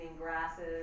grasses